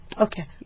Okay